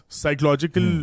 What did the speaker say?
psychological